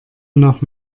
nach